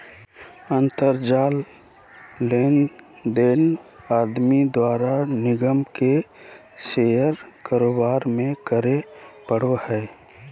अंतर जाल लेनदेन आदमी द्वारा निगम के शेयर कारोबार में करे पड़ो हइ